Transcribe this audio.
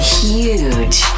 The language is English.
huge